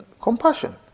compassion